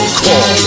call